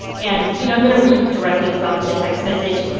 and, you know, i'm going to read directly from the text message.